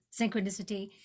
synchronicity